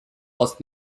was